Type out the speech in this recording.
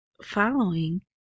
following